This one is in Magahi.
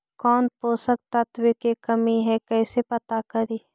कौन पोषक तत्ब के कमी है कैसे पता करि?